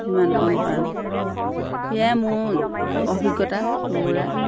যিমান কণ পাৰোঁ সেয়াই মোৰ অভিজ্ঞতা দৌৰাৰ